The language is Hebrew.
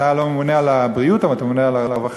ואתה לא ממונה על הבריאות אבל אתה ממונה על הרווחה,